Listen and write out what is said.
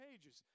pages